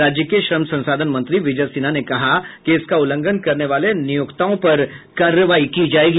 राज्य के श्रम संसाधन मंत्री विजय सिन्हा ने कहा कि इसका उल्लंघन करने वाले नियोक्ताओं पर कार्रवाई की जायेगी